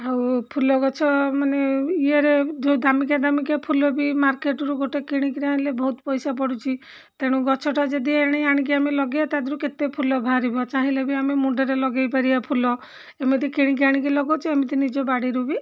ଆଉ ଫୁଲ ଗଛ ମାନେ ଇଏରେ ଯେଉଁ ଦାମିକା ଦାମିକା ଫୁଲ ବି ମାର୍କେଟରୁ ଗୋଟିଏ କିଣିକିନାଲେ ବହୁତ ପଇସା ପଡ଼ୁଛି ତେଣୁ ଗଛଟା ଯଦି ଆଣି ଆଣିକି ଆମେ ଲଗେଇବା ତା' ଦେହରୁ କେତେ ଫୁଲ ବାହାରିବ ଚାହିଁଲେ ବି ଆମେ ମୁଣ୍ଡରେ ଲଗେଇ ପାରିବା ଫୁଲ ଏମିତି କିଣିକି ଆଣିକି ଲଗାଉଛି ଏମିତି ନିଜ ବାଡ଼ିରୁ ବି